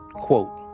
quote,